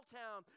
town